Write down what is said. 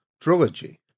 trilogy